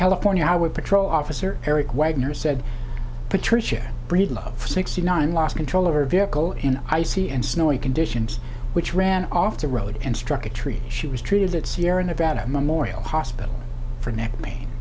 california highway patrol officer eric wagner said patricia breedlove sixty nine lost control over a vehicle in icy and snowy conditions which ran off the road and struck a tree she was treated at sierra nevada my morial hospital for neck pain